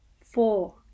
Four